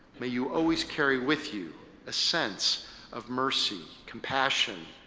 may you always carry with you a sense of mercy, compassion,